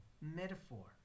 metaphor